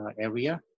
area